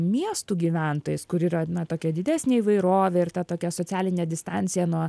miestų gyventojais kur yra tokia didesnė įvairovė ir ta tokia socialinė distancija nuo